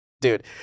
dude